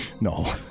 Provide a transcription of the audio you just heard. No